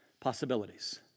possibilities